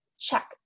check